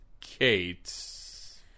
Kate